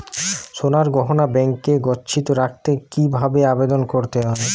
সোনার গহনা ব্যাংকে গচ্ছিত রাখতে কি ভাবে আবেদন করতে হয়?